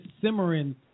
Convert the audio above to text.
simmering